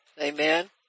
Amen